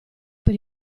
per